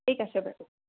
ঠিক আছে বাৰু